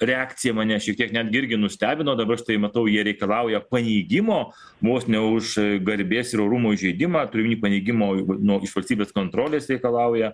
reakcija mane šiek tiek netgi irgi nustebino dabar štai matau jie reikalauja paneigimo vos ne už garbės ir orumo įžeidimą turiu omeny paneigimo nuo valstybės kontrolės reikalauja